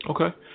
Okay